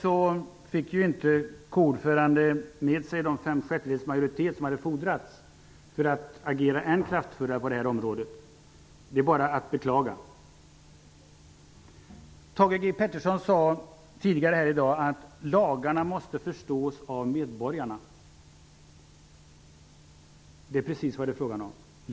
Tyvärr fick inte KU-ordföranden med sig den fem sjättedels majoritet som hade fordrats för att man skulle kunna agera ännu kraftfullare på detta område. Det är bara att beklaga. Thage G Peterson sade tidigare här i dag att lagarna måste förstås av medborgarna. Det är precis vad det är frågan om.